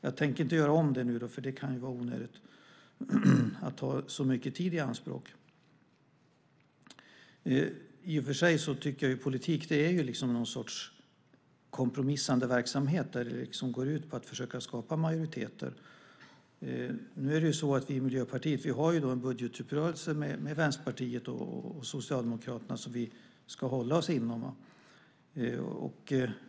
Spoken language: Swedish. Jag tänker inte göra om det nu eftersom det kan vara onödigt att ta så mycket tid i anspråk. I och för sig tycker jag att politik är något slags kompromissande verksamhet som går ut på att försöka skapa majoriteter. Vi i Miljöpartiet har en budgetuppgörelse med Vänsterpartiet och Socialdemokraterna som vi ska hålla oss inom.